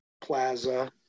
plaza